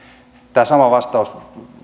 tämä sama vastaus